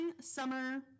summer